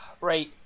right